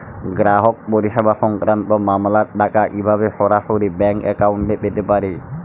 গ্রাহক পরিষেবা সংক্রান্ত মামলার টাকা কীভাবে সরাসরি ব্যাংক অ্যাকাউন্টে পেতে পারি?